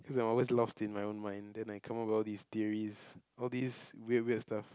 cause I always lost in my own mind then I come up with all these theories all these weird weird stuffs